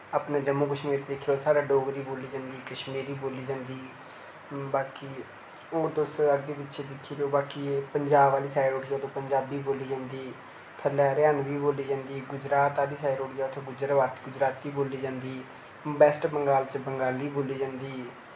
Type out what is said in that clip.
अपने जम्मू कश्मीर च दिक्खी लैओ साढ़े डोगरी बोली जन्दी कश्मीरी बोली जन्दी बाकी होर तुस अग्गें पिच्छें दिक्खी लैओ बाकी एह् पंजाब आह्ली साइड डेग्ा़ उठी जाओ ते पंजाबी बोली जन्दी थल्लै हरयाणवी बोली जन्दी गुजरात आह्ली साइड उठी जाओ उत्थै गुजरवाती गुजराती बोल्ली जन्दी वेस्ट बंगाल च बंगाली बोली जन्दी